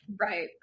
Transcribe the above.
Right